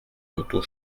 retour